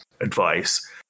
advice